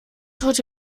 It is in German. heute